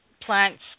plants